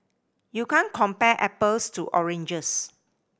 you can't compare apples to oranges